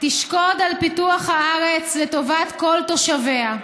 תשקוד על פיתוח הארץ לטובת כל תושביה,